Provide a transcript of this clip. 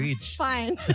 fine